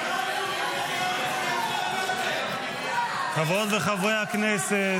--- אל תבנו עלינו ------ חברות וחברי הכנסת.